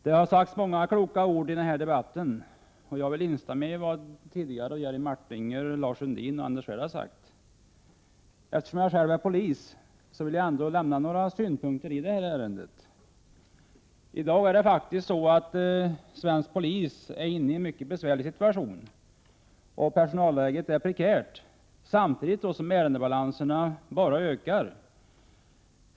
Herr talman! Det har sagts många kloka ord i denna debatt, och jag vill instämma i vad Jerry Martinger, Lars Sundin och Anders Svärd tidigare har sagt. Då jag själv är polis vill jag ändå lämna några synpunkter i det här ärendet. I dag är svensk polis inne i en mycket besvärlig situation. Personalläget är prekärt, samtidigt som ärendebalanserna bara ökar.